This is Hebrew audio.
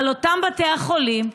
על אותם בתי החולים,